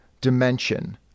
dimension